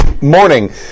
morning